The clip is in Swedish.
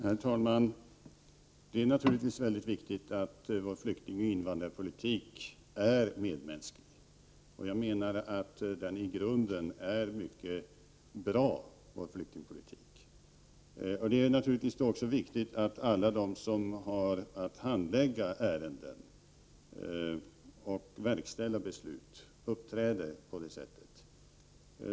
Herr talman! Det är naturligtvis mycket viktigt att vår flyktingoch invandrarpolitik är medmänsklig. Jag menar att vår flyktingpolitik i grunden är mycket bra. Det är då också viktigt att alla de som har att handlägga ärenden och verkställa beslut uppträder på ett medmänskligt sätt.